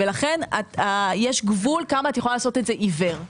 ולכן יש גבול כמה את יכולה לעשות את זה עיוור.